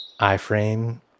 iFrame